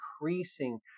increasing